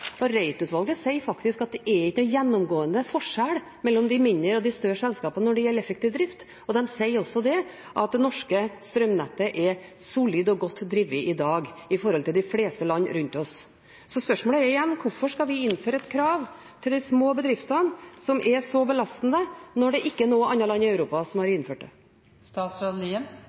og Reiten-utvalget sier faktisk at det ikke er noen gjennomgående forskjell på de mindre og de større selskapene når det gjelder effektiv drift, og de sier også at det norske strømnettet er solid og godt drevet i dag sammenlignet med i de fleste land rundt oss. Så spørsmålet er igjen: Hvorfor skal vi innføre et krav til de små bedriftene som er så belastende, når det ikke er noe annet land i Europa som har innført